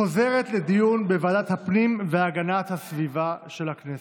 חוזרת לדיון בוועדת הפנים והגנת הסביבה של הכנסת.